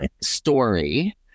story